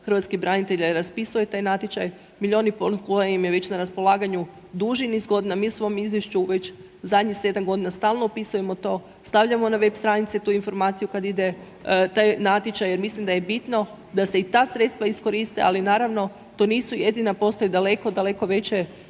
hrvatskih branitelja raspisuje taj natječaj, milijun i pol kuna im je već na raspolaganju duži niz godina. Mi u svom izvješću već zadnjih 7 godina stalno opisujemo to, stavljamo na web stranice tu informaciju kad ide taj natječaj jer mislim da je bitno da se i ta sredstva iskoriste, ali naravno, to nisu jedina, postoje daleko, daleko veće,